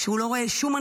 שהוא לא רואה מנוס,